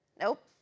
Nope